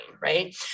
right